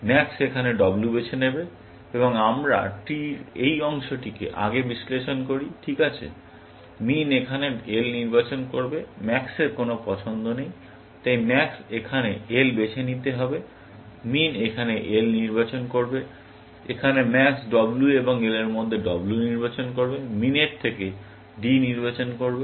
max এখানে W বেছে নেবে এবং আমরা ট্রির এই অংশটিকে আগে বিশ্লেষণ করি ঠিক আছে min এখানে L নির্বাচন করবে max এর কোন পছন্দ নেই তাই max এখানে L বেছে নিতে হবে min এখানে L নির্বাচন করবে এখানে max W এবং L এর মধ্যে W নির্বাচন করবে min এর থেকে D নির্বাচন করবে